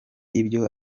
ibyo